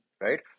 right